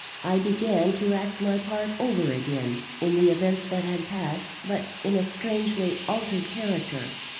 i began to act my part over again, in the events that had passed, but in a strangely altered character.